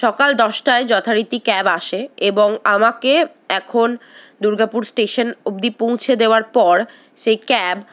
সকাল দশটায় যথারীতি ক্যাব আসে এবং আমাকে এখন দুর্গাপুর স্টেশন অব্দি পৌঁছে দেওয়ার পর সেই ক্যাব